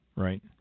Right